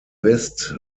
west